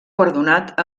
guardonat